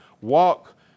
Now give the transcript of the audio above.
Walk